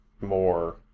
more